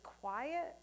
quiet